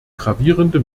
gravierende